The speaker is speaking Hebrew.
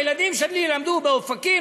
והילדים שלי למדו באופקים,